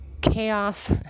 chaos